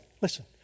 Listen